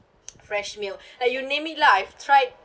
fresh milk like you name it lah I've tried